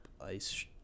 ice